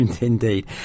Indeed